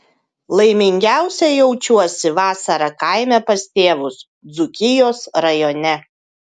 laimingiausia jaučiuosi vasarą kaime pas tėvus dzūkijos rajone